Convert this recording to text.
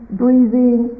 breathing